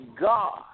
God